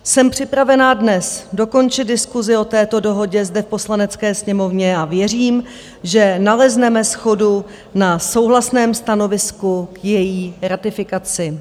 Jsem připravena dnes dokončit diskusi o této dohodě zde v Poslanecké sněmovně a věřím, že nalezneme shodu na souhlasném stanovisku k její ratifikaci.